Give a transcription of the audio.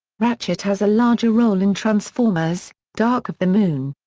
ratchet has a larger role in transformers dark of the moon.